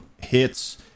hits